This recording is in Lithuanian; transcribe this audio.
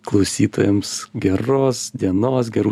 klausytojams geros dienos gerų